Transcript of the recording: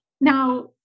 Now